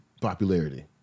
popularity